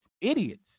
idiots